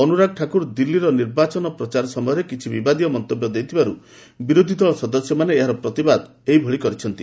ଅନୁରାଗ ଠାକୁର ଦିଲ୍ଲୀରେ ନିର୍ବାଚନ ପ୍ରଚାର ସମୟରେ କିଛି ବିବାଦୀୟ ମନ୍ତବ୍ୟ ଦେଇଥିବାରୁ ବିରୋଧୀଦଳ ସଦସ୍ୟମାନେ ଏହାର ପ୍ରତିବାଦରେ ଏଭଳି କରିଛନ୍ତି